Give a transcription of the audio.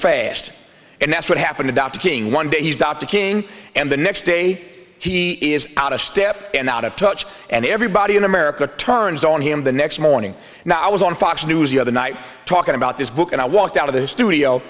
faced and that's what happened to dr king one day he's dr king and the next day he is out of step and out of touch and everybody in america turns on him the next morning now i was on fox news the other night talking about this book and i walked out of the studio